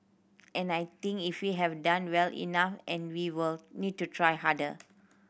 and I think if we have done well enough and we will need to try harder